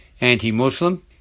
Anti-Muslim